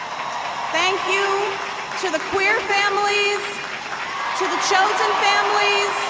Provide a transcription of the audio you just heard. thank you to the queer families to the chosen families,